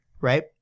Right